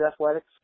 athletics